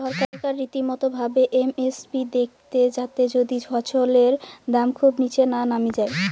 ছরকার রীতিমতো ভাবে এম এস পি দেইখতে থাকে যাতি ফছলের দাম খুব নিচে না নামি যাই